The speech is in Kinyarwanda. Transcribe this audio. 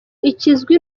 ikizwi